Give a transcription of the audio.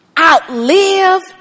outlive